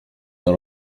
hano